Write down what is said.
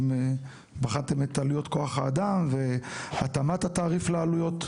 האם בחנתם את עלויות כוח האדם והתאמת התעריף לעלויות?